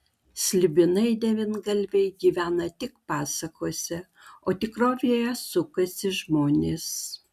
slibinai devyngalviai gyvena tik pasakose o tikrovėje sukasi žmonės